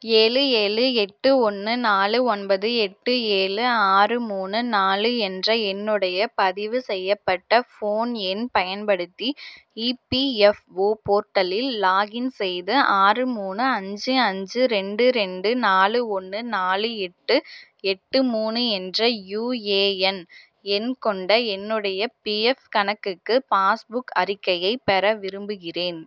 ஏழு ஏழு எட்டு ஒன்று நாலு ஒன்பது எட்டு ஏழு ஆறு மூணு நாலு என்ற என்னுடைய பதிவு செய்யப்பட்ட ஃபோன் எண் பயன்படுத்தி இபிஎஃப்ஓ போர்ட்டலில் லாகின் செய்து ஆறு மூணு அஞ்சு அஞ்சு ரெண்டு ரெண்டு நாலு ஒன்று நாலு எட்டு எட்டு மூணு என்ற யுஏஎன் எண் கொண்ட என்னுடைய பிஎஃப் கணக்குக்கு பாஸ்புக் அறிக்கையை பெற விரும்புகிறேன்